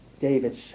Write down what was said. David